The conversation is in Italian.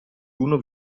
uno